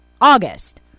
August